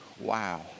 Wow